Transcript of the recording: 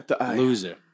Loser